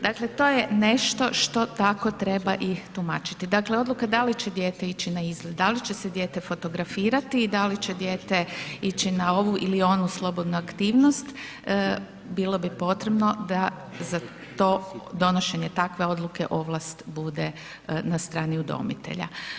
Dakle, to je nešto što tako treba i tumačiti, dakle odluka da li će dijete ići na izlet, da li će se dijete fotografirati i da li će dijete ići na ovu ili onu slobodnu aktivnost, bilo bi potrebno da za to donošenje takve odluke ovlast bude na strani udomitelja.